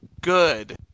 good